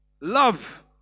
love